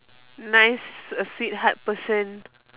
nice a sweet heart person